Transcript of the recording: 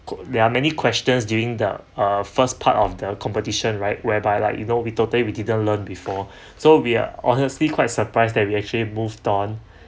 there are many questions during the uh first part of the competition right whereby like you know we totally we didn't learn before so we are honestly quite surprised that we actually moved on